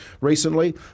recently